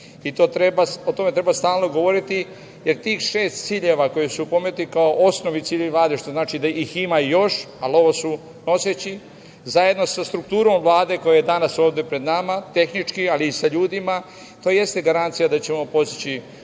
i o tome treba stalno govoriti, jer tih šest ciljeva koji su pomenuti kao osnovni ciljevi Vlade, što znači da ih ima još, ali ovo su noseći, zajedno sa strukturom Vlade koja je danas ovde pred nama, tehnički, ali i sa ljudima. To jeste garancija da ćemo postići